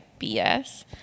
BS